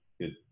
good